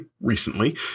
recently